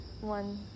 one